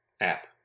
app